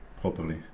properly